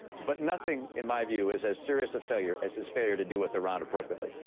but nothing in my view is as serious a failure as his failure to deal with iran appropriately.